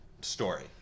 story